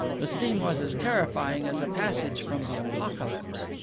the scene was as terrifying as a passage from the apocalypse.